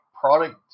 product